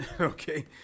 Okay